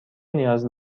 نیاز